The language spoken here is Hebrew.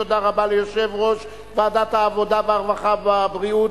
תודה רבה ליושב-ראש ועדת העבודה והרווחה והבריאות,